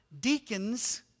Deacons